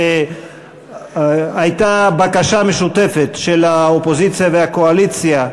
הייתה בקשה משותפת של האופוזיציה והקואליציה,